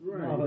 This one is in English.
Right